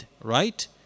right